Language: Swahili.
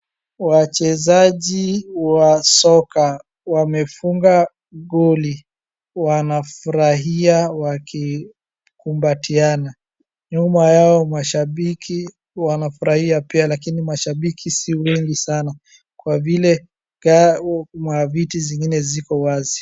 Wachezaji wa soka wamefunga goli, wanafurahia wakikumbatiana, nyuma yao mashibiki wanafurahia pia lakini mashabiki si wengi sana kwa vile viti zingine ziko wazi.